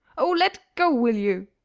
oh, let go, will you?